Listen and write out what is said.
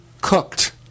cooked